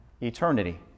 eternity